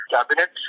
Cabinet